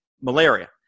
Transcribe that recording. malaria